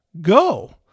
go